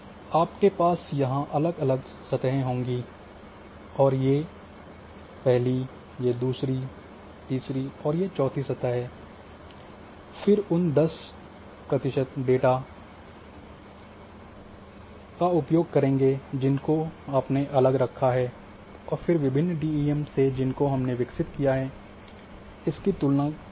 आपके पास यहाँ अलग अलग सतहें होंगी ये पहली दूसरी तीसरी और ये चौथी सतह है फिर उन 10 प्रतिशत डेटा का उपयोग करेंगे जिनको आपने अलग रखा है और फिर विभिन्न डीईएम से जिनको हमने विकसित किया है इसकी तुलना करते हैं